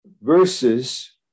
verses